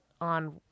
on